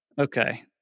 okay